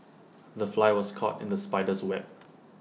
the fly was caught in the spider's web